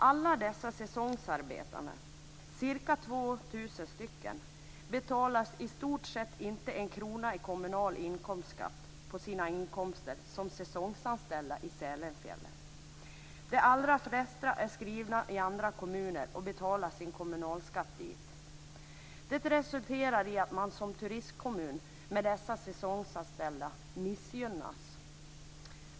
Alla dessa säsongsarbetare, ca 2 000, betalar i stort sett inte en krona i kommunal inkomstskatt på sina inkomster som säsongsanställda i Sälenfjällen. De allra flesta är skrivna i andra kommuner och betalar kommunalskatt dit. Detta resulterar i att en turistkommun med säsongsanställda missgynnas.